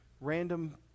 random